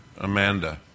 Amanda